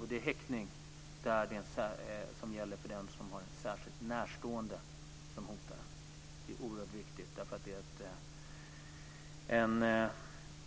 Det gäller häktning när det är en särskilt närstående som hotar. Det är oerhört viktigt. Det är en